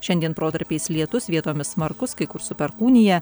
šiandien protarpiais lietus vietomis smarkus kai kur su perkūnija